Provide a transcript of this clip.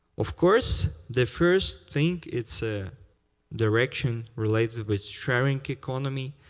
of course, the first thing, it's ah direction related, with sharing economy.